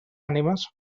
ànimes